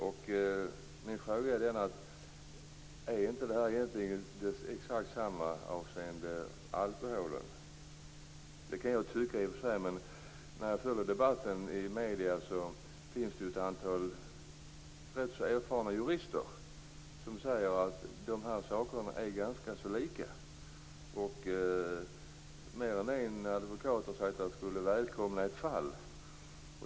Min fråga är: Är inte detta egentligen exakt detsamma som avseende alkoholen? Det kan jag i och för sig tycka. Men när jag följer debatten i medierna finns det ett antal ganska erfarna jurister som säger att dessa saker är ganska lika. Mer än en advokat har sagt att han skulle välkomna ett fall.